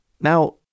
now